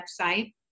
website